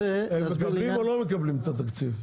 הם מקבלים או לא מקבלים את התקציב?